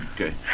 Okay